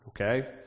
Okay